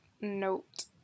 note